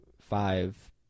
five